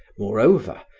moreover,